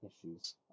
issues